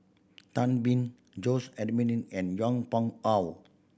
Tan Been Jose and Yong Pung How